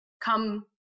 come